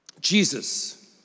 Jesus